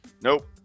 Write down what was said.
nope